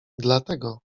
dlatego